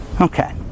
Okay